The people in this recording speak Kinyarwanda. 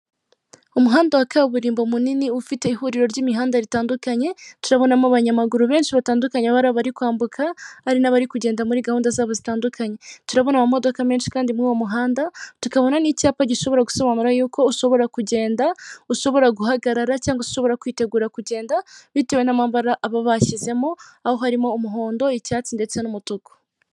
Umuhanda wa kaburimbo munini ufite ihuriro ry'imihanda ritandukanye, turabona abanyamaguru benshi batandukanye ari abari kwambuka, hari n'abari kugenda muri gahunda zabo zitandukanye, turabona amodoka menshi kandi muri uwo muhanda, tukabona n'icyapa gishobora gusobanura yuko ushobora kugenda, ushobora guhagarara, cyangwa ushobora kwitegura kugenda bitewe n'amaba bashyizemo, aho harimo umuhondo, icyatsi ndetse n'umutuku.